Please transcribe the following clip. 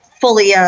fully –